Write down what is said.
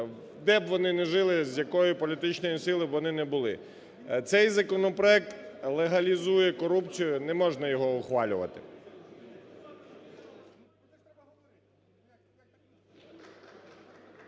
де б вони не жили, з якої політичної сили вони не були. Цей законопроект легалізує корупцію, не можна його ухвалювати.